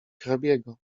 hrabiego